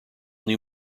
new